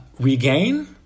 regain